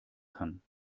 kann